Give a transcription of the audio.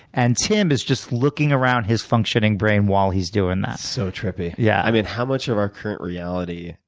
and tim is just looking around his functioning brain while he's doing that. so trippy. yeah. i mean, how much of our current reality,